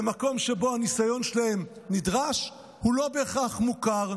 למקום שבו הניסיון שלהם נדרש, הוא לא בהכרח מוכר.